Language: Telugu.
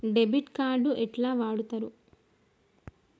డెబిట్ కార్డు ఎట్లా వాడుతరు?